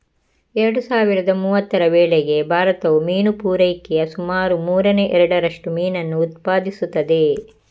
ಎರಡು ಸಾವಿರದ ಮೂವತ್ತರ ವೇಳೆಗೆ ಭಾರತವು ಮೀನು ಪೂರೈಕೆಯ ಸುಮಾರು ಮೂರನೇ ಎರಡರಷ್ಟು ಮೀನನ್ನು ಉತ್ಪಾದಿಸುತ್ತದೆ